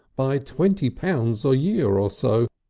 by twenty pounds a year or so,